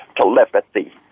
telepathy